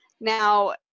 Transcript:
Now